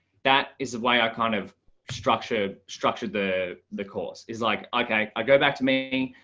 that is why i kind of structured structured the the course is like, okay, i go back to me,